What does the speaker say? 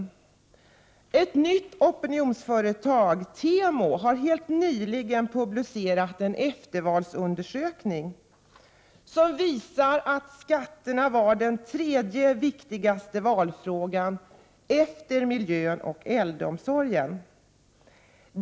33 Ett nytt opinionsföretag, TEMO, har helt nyligen publicerat en eftervalsundersökning, som visar att skatterna var den tredje viktigaste valfrågar efter miljön och äldreomsorgen.